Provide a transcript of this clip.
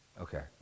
okay